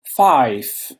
five